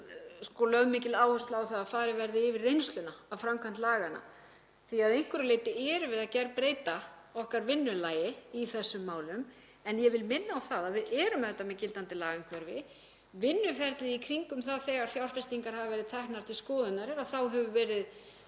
er lögð mikil áhersla á að farið verði yfir reynsluna af framkvæmd laganna, því að að einhverju leyti erum við að gjörbreyta okkar vinnulagi í þessum málum. En ég vil minna á að við erum auðvitað með gildandi lagaumhverfi og vinnuferlið í kringum það þegar fjárfestingar hafa verið teknar til skoðunar er að þá hefur verið